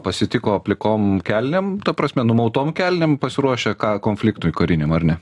pasitiko plikom kelnėm ta prasme numautom kelnėm pasiruošę ką konfliktui kariniam ar ne